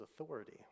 authority